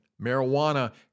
marijuana